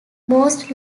most